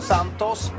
Santos